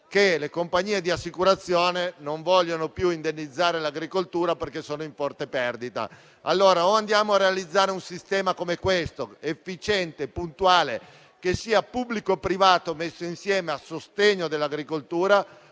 le compagnie di assicurazione non vogliono più indennizzare l'agricoltura perché sono in forte perdita. Quindi, o andiamo a realizzare un sistema come questo, efficiente, puntuale, pubblico-privato insieme a sostegno dell'agricoltura,